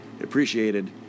Appreciated